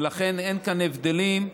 ולכן אין כאן הבדלים,